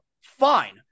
fine